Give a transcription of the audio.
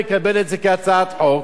כרגע זו הצעת חוק.